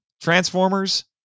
Transformers